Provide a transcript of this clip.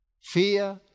Fear